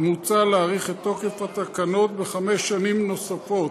מוצע להאריך את תוקף התקנות בחמש שנים נוספות.